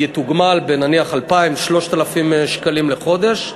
יתוגמל בנניח 2,000 3,000 שקלים לחודש.